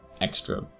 extra